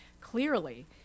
clearly